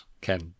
Ken